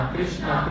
Krishna